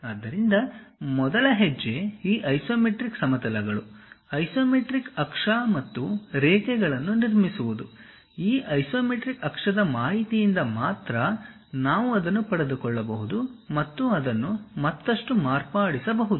ಆದ್ದರಿಂದ ಮೊದಲ ಹೆಜ್ಜೆ ಈ ಐಸೊಮೆಟ್ರಿಕ್ ಸಮತಲಗಳು ಐಸೊಮೆಟ್ರಿಕ್ ಅಕ್ಷ ಮತ್ತು ರೇಖೆಗಳನ್ನು ನಿರ್ವಹಿಸುವುದು ಈ ಐಸೊಮೆಟ್ರಿಕ್ ಅಕ್ಷದ ಮಾಹಿತಿಯಿಂದ ಮಾತ್ರ ನಾವು ಅದನ್ನು ಪಡೆದುಕೊಳ್ಳಬಹುದು ಮತ್ತು ಅದನ್ನು ಮತ್ತಷ್ಟು ಮಾರ್ಪಡಿಸಬಹುದು